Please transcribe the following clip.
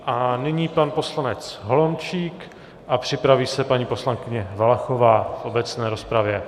A nyní pan poslanec Holomčík a připraví se paní poslankyně Valachová v obecné rozpravě.